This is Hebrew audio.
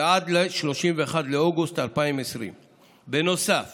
ועד ל-31 באוגוסט 2020. נוסף